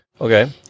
Okay